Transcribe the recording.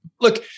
Look